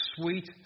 sweet